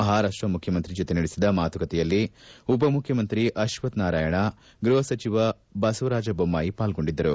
ಮಹಾರಾಷ್ಷ ಮುಖ್ಯಮಂತ್ರಿ ಜೊತೆ ನಡೆಸಿದ ಮಾತುಕತೆಯಲ್ಲಿ ಉಪಮುಖ್ಯಮಂತ್ರಿ ಅಕ್ವತ್ ನಾರಾಯಣ ಗೃಹ ಸಚಿವ ಬಸವರಾಜ ಬೊಮ್ನಾಯಿ ಪಾಲ್ಗೊಂಡಿದ್ದರು